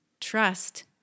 trust